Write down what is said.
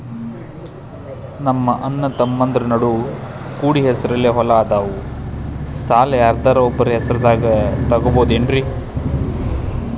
ನಮ್ಮಅಣ್ಣತಮ್ಮಂದ್ರ ನಡು ಕೂಡಿ ಹೆಸರಲೆ ಹೊಲಾ ಅದಾವು, ಸಾಲ ಯಾರ್ದರ ಒಬ್ಬರ ಹೆಸರದಾಗ ತಗೋಬೋದೇನ್ರಿ?